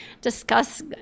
discuss